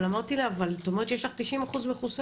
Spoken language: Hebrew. אבל אמרתי לה: אבל את אומרת שיש לך 90% מחוסנים.